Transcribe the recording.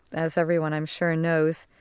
as everyone i'm sure knows,